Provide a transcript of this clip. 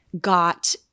got –